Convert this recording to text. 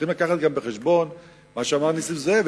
צריכים לקחת בחשבון גם מה שאמר נסים זאב,